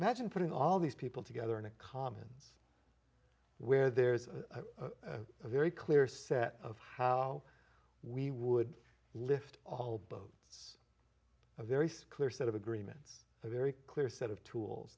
imagine putting all these people together in a commons where there's a very clear set of how we would lift all boats a very clear set of agreements a very clear set of tools